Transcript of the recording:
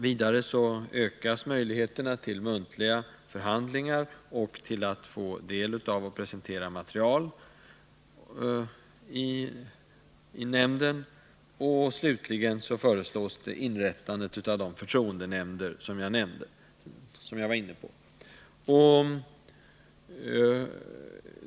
Vidare ökas möjligheterna till muntliga förhandlingar och till att få del av tillgängligt material i nämnden. Slutligen föreslås inrättande av de förtroendenämnder som jag talade om.